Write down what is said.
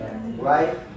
Right